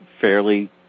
fairly